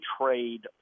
trade